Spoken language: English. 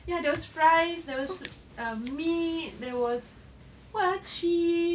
ya there was fries there was um meat there was what cheese